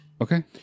okay